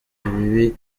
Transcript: ibibi